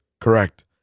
Correct